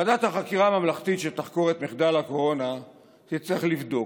ועדת החקירה הממלכתית שתחקור את מחדל הקורונה תצטרך לבדוק: